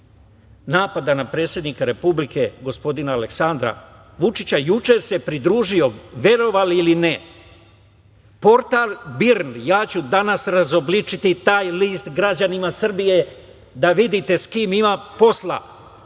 napada na predsednika republike, gospodina Aleksandra Vučića. Juče se pridružio, verovali ili ne, portal BIRN. Ja ću danas razobličiti taj list građanima Srbije da vidite sa kim ima posla